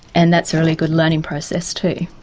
and that's a really good learning process too.